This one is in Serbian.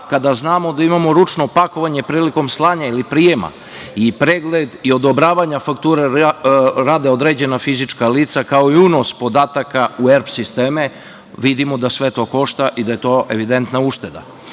kada znamo da imamo ručno pakovanje prilikom slanja ili prijema i pregled i odobravanja faktura rade određena fizička lica, kao i unos podataka u ERP sisteme, vidimo da sve to košta i da je to evidentna ušteda. Dodatna